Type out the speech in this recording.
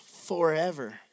forever